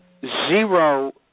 zero